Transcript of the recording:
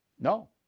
no